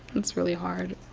that's really hard.